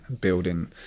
building